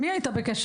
עם מי היית בקשר?